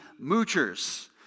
moochers